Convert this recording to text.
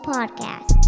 Podcast